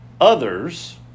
Others